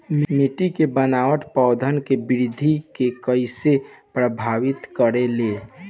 मिट्टी के बनावट पौधन के वृद्धि के कइसे प्रभावित करे ले?